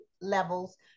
levels